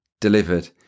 Delivered